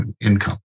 income